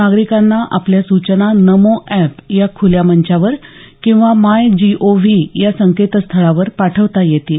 नागरिकांना आपल्या सूचना नमो अॅप या खूल्या मंचावर किंवा मायजीओव्ही या संकेतस्थळावर पाठवता येतील